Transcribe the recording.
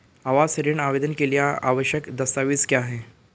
आवास ऋण आवेदन के लिए आवश्यक दस्तावेज़ क्या हैं?